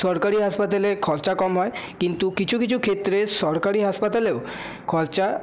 সরকারি হাসপাতালে খরচা কম হয় কিন্তু কিছু কিছু ক্ষেত্রে সরকারি হাসপাতালেও খরচা